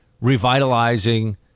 revitalizing